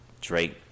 Drake